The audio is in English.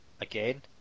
Again